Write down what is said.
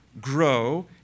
grow